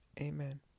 Amen